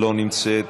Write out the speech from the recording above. לא נמצאת,